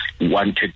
wanted